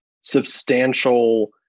substantial